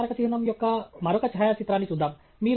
అదే స్మారక చిహ్నం యొక్క మరొక ఛాయాచిత్రాన్ని చూద్దాం